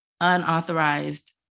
unauthorized